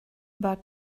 but